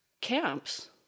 camps